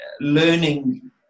learning